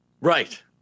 right